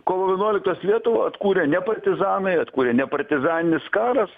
kovo vienuoliktos lietuvą atkūrė ne partizanai atkūrė ne partizaninis karas